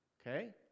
okay